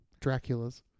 Draculas